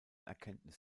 erkenntnis